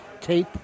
tape